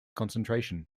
concentration